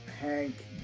Hank